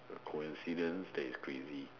a coincidence that is crazy